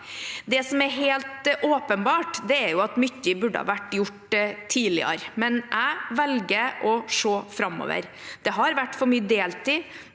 Det som er helt åpenbart, er at mye burde ha vært gjort tidligere, men jeg velger å se framover. Det har vært for mye deltid,